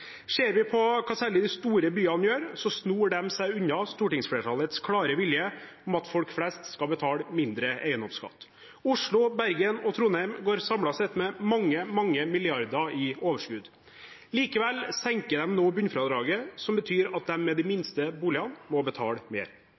Ser vi på hva særlig de store byene gjør, snor de seg unna stortingsflertallets klare vilje om at folk flest skal betale mindre eiendomsskatt. Oslo, Bergen og Trondheim går samlet sett med mange, mange milliarder kroner i overskudd. Likevel senker de nå bunnfradraget, noe som betyr at de med de minste boligene må betale mer.